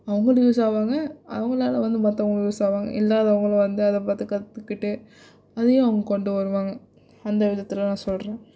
அவங்களும் யூஸ் ஆவாங்க அவங்களால வந்து மற்றவுங்க யூஸ் ஆவாங்க இல்லாதவங்களும் வந்து அதை பார்த்து கற்றுக்கிட்டு அதையும் அவுங் கொண்டு வருவாங்க அந்த விதத்தில் நான் சொல்கிறேன்